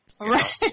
Right